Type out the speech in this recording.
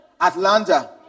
Atlanta